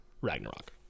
Ragnarok